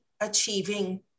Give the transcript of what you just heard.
achieving